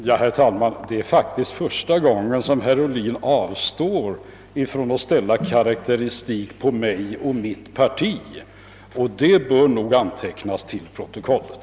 Herr talman! Det är faktiskt första gången som herr Ohlin avstår från att göra en karakteristik av mig och mitt parti, och det bör antecknas till protokollet.